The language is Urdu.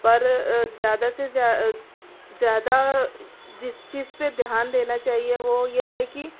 اور زیادہ سے زیادہ جس چیز پہ دھیان دینا چاہیے وہ یہ ہے کہ